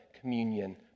communion